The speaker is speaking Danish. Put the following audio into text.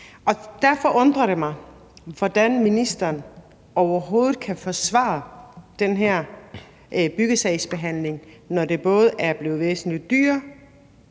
Og derfor undrer det mig, hvordan ministeren overhovedet kan forsvare den her byggesagsbehandling, når det både er blevet væsentlig dyrere,